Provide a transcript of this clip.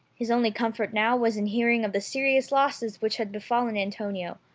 his only comfort now was in hearing of the serious losses which had befallen antonio,